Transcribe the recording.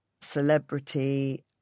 celebrity